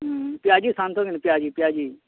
ପିଆଜି ଛାନ୍ତ କି ନେଇଁ ପିଆଜି ପିଆଜି